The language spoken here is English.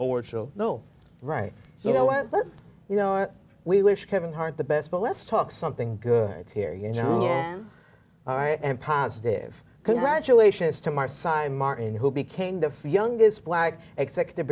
show no right you know what you know or we wish kevin hart the best but let's talk something good here you know yeah all right and positive congratulations to marseilles martin who became the youngest black executive